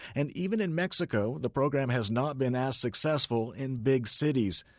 and even in mexico, the program has not been as successful in big cities.